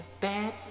bad